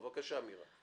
בבקשה, מירה.